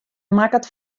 makket